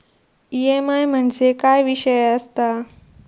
EMI म्हणजे काय विषय आसता?